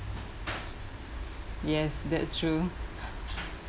yes that's true